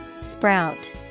Sprout